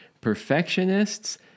perfectionists